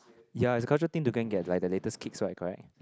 ya is a culture thing to go and get like the latest kicks right correct